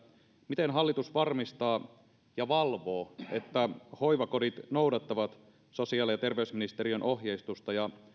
miten hallitus varmistaa ja valvoo että hoivakodit noudattavat sosiaali ja terveysministeriön ohjeistusta ja